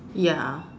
ya